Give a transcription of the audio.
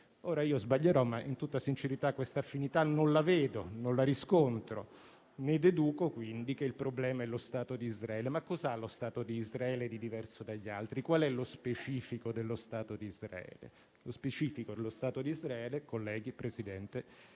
Ora, io sbaglierò ma in tutta sincerità questa affinità non la vedo, non la riscontro; ne deduco, quindi, che il problema è lo Stato di Israele. Ma cosa ha lo Stato di Israele di diverso dagli altri? Qual è lo specifico dello Stato di Israele? Lo specifico dello Stato d'Israele, colleghi, Presidente,